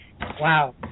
wow